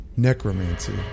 Necromancy